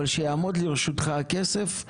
אבל שיעמוד לרשותך הכסף,